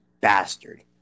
bastard